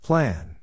Plan